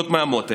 כדי לחזק את המשק